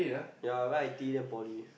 ya I go I_T_E then poly